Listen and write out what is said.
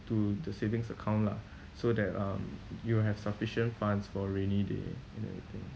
to the savings account lah so that um you will have sufficient funds for rainy day and everything